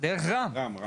רם.